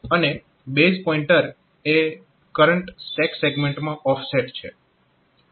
અને base pointer એ current stack સેગમેન્ટમાં ઓફસેટ છે